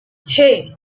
hey